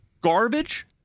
garbage